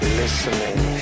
listening